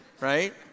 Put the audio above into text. Right